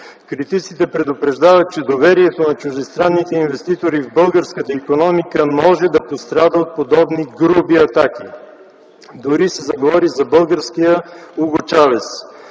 Критиците предупреждават, че доверието на чуждестранните инвеститори в българската икономика може да пострада от подобни груби атаки, дори се заговори за българския Уго Чавес.